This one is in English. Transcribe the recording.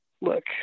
look